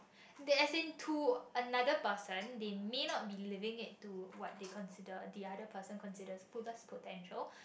they as in to another person they may not be leaving it to what they consider the other person consider fullest potential